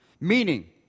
meaning